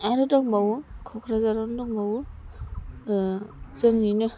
आरो दंबावो क'क्राझारावनो दंबावो जोंनिनो